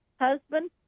husband